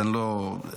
אז אני לא --- עזוב,